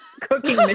cooking